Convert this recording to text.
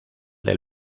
del